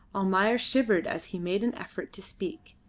almayer shivered as he made an effort to speak,